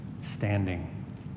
standing